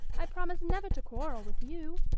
i promise never to quarrel with you.